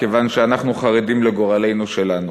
כיוון שאנחנו חרדים לגורלנו שלנו,